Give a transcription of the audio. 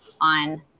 on